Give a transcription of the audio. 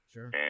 Sure